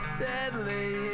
deadly